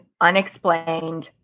unexplained